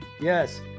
yes